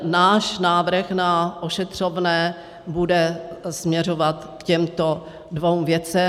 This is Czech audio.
Náš návrh na ošetřovné bude směřovat k těmto dvěma věcem.